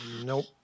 Nope